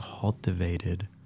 cultivated